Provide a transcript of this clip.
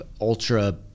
Ultra